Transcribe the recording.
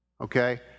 okay